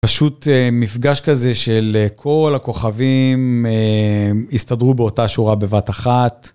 פשוט מפגש כזה של כל הכוכבים הסתדרו באותה שורה בבת אחת.